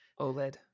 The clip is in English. OLED